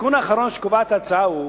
התיקון האחרון שקובעת ההצעה הוא,